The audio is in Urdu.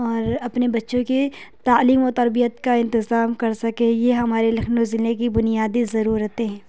اور اپنے بچوں کی تعلیم و تربیت کا انتظام کر سکے یہ ہمارے لکھنؤ ضلع کی بنیادی ضرورتیں ہیں